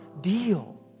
deal